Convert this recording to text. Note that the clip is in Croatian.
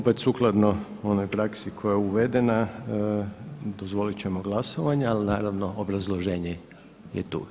Opet sukladno onoj praksi koja je uvedena dozvoliti ćemo glasovanje ali naravno obrazloženje je tu.